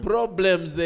Problems